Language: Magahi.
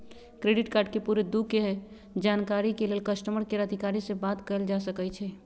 क्रेडिट कार्ड के पूरे दू के जानकारी के लेल कस्टमर केयर अधिकारी से बात कयल जा सकइ छइ